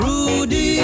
Rudy